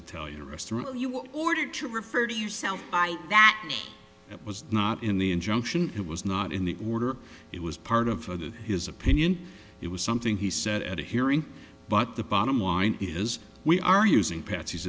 italian restaurant you were ordered to refer to yourself by that it was not in the injunction it was not in the order it was part of his opinion it was something he said at a hearing but the bottom line is we are using pat